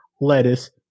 lettuce